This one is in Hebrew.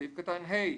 בסעיף קטן (ה),